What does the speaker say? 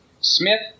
Smith